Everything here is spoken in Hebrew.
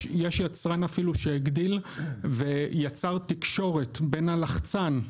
יש יצרן אפילו שהגדיל ויצר תקשורת בין הלחצן,